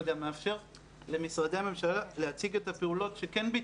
וגם מאפשר למשרדי הממשלה להציג את הפעולות שכן ביצעו,